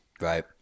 Right